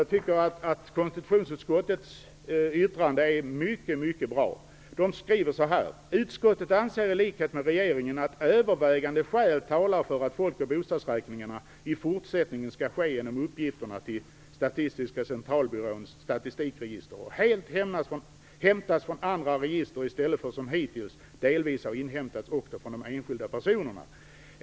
Jag tycker att konstitutionsutskottets yttrande är mycket bra. Utskottet skriver: "Utskottet anser i likhet med regeringen att övervägande skäl talar för att folk och bostadsräkningarna i fortsättningen skall ske genom att uppgifterna helt hämtas från andra register i stället för att som hittills delvis ha inhämtats också från de enskilda personerna.